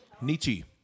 Nietzsche